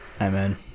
amen